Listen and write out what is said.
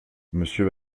monsieur